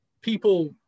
people